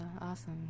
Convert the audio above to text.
Awesome